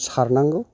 सारनांगौ